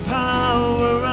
power